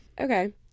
Okay